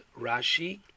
Rashi